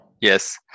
Yes